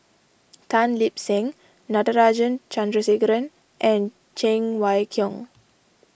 Tan Lip Seng Natarajan Chandrasekaran and Cheng Wai Keung